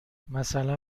مثلا